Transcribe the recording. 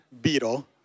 Beetle